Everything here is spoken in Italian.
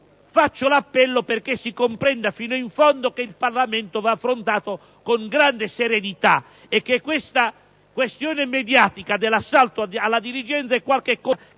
Faccio appello perché si comprenda fino in fondo che l'attività parlamentare va affrontata con grande serenità e che tale questione mediatica dell'assalto alla diligenza è qualcosa